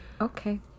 Okay